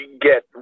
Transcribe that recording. get